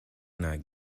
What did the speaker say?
not